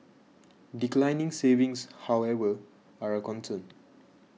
declining savings however are a concern